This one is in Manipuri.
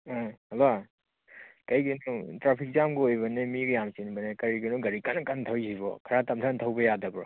ꯎꯝ ꯍꯜꯂꯣ ꯀꯔꯤꯒꯤꯅꯣ ꯇ꯭ꯔꯥꯐꯤꯛ ꯖꯥꯝꯒ ꯑꯣꯏꯕꯅꯦ ꯃꯤꯒ ꯌꯥꯝ ꯆꯤꯟꯕꯅꯦ ꯀꯔꯤꯒꯤꯅꯣ ꯒꯥꯔꯤ ꯀꯟꯅ ꯀꯟ ꯊꯧꯔꯤꯁꯤꯕꯣ ꯈꯔꯥ ꯇꯞꯊꯅ ꯊꯧꯕ ꯌꯥꯗꯕꯔꯣ